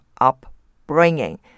upbringing